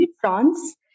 France